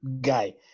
guy